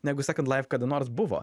negu sekond laif kada nors buvo